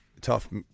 Tough